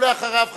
ואחריו,